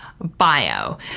bio